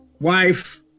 wife